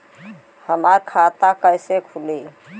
हमार खाता कईसे खुली?